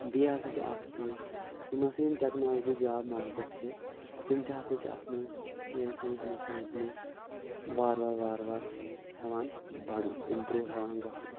بیٚیہِ ہَسا چھِ اَکھ چیٖز یِم ہَسا یِم ٹؠکنالجی جاب مارکؠٹ چھِ تِم تہِ ہَسا چھِ اَتھ منٛز ییٚلہِ سٲنِس ہنٛدوستانس منٛز وار وار وار وار ہؠوان بَڈُن اِمپرٛوٗ ہؠوان گَژھُن